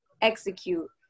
execute